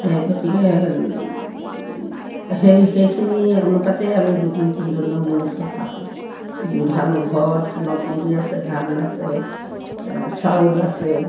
সেই গতিকে সেই সেইখিনি অনুপাতেই আমি দুদিন তিনিদিনৰ মূৰে চফা কৰোঁ ধান ঘৰৰ ধানৰ তুঁহগুৰি আছে ধান আছে চাউল আছে